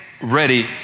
ready